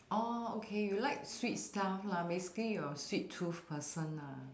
orh okay you like sweet stuff lah basically you're a sweet tooth person lah